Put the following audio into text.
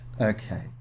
okay